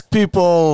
people